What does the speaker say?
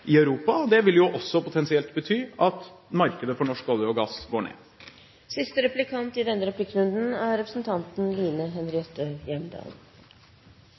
Europa. Det vil jo også potensielt bety at markedet for norsk olje og gass går ned. «Klimasaken er den viktigste saken i vår tid», sa representanten